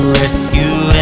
rescue